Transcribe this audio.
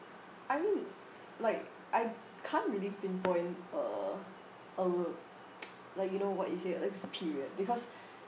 I mean like I can't really pinpoint a a like you know what you say like this period because